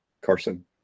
Carson